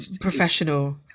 professional